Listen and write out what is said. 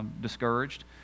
discouraged